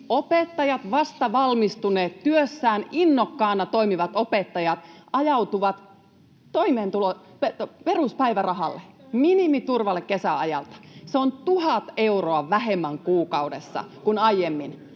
opettajat, vastavalmistuneet, työssään innokkaana toimivat opettajat, ajautuvat peruspäivärahalle, minimiturvalle, kesäajalta. Se on 1 000 euroa vähemmän kuukaudessa kuin aiemmin.